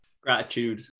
gratitude